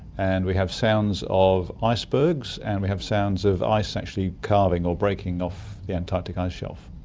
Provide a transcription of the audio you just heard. and we have sounds of icebergs and we have sounds of ice actually calving or breaking off the antarctic ice shelf.